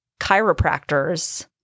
chiropractors